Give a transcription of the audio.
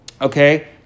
Okay